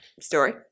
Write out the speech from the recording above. story